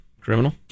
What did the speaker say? Criminal